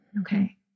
Okay